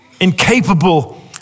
incapable